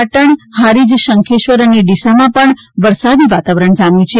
પાટણ હારીજ શંખેશ્વર અને ડીસામાં પણ વરસાદી વાતાવરણ જામ્યું છે